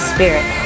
Spirit